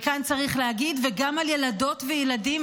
וכאן צריך להגיד, גם על ילדות וילדים.